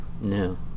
No